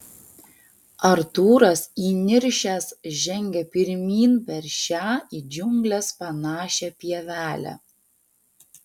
artūras įniršęs žengia pirmyn per šią į džiungles panašią pievelę